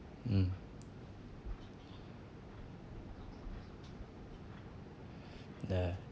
mm ya